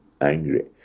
angry